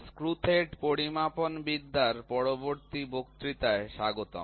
screw thread পরিমাপনবিদ্যার পরবর্তী বক্তৃতায় স্বাগতম